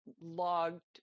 logged